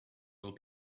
will